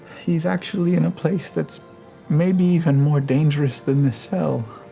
he's actually in a place that's maybe even more dangerous than this cell.